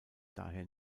daher